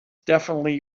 definitely